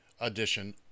edition